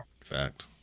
Fact